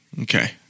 Okay